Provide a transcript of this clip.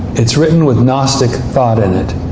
it's written with gnostic thought in it.